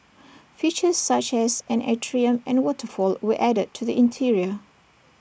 features such as an atrium and waterfall were added to the interior